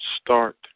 start